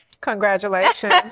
Congratulations